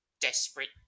desperate